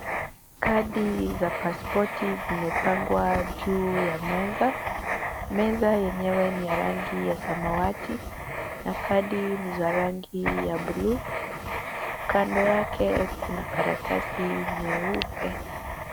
Kadi za pasipoti zimepangwa juu ya meza, meza yenyewe ni ya rangi ya samawati na kadi ni za rangi ya bluu. Kando yake kuna karatasi nyeupe.